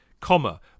Comma